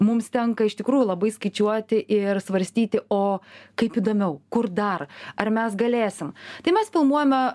mums tenka iš tikrųjų labai skaičiuoti ir svarstyti o kaip įdomiau kur dar ar mes galėsim tai mes filmuojame